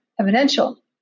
evidential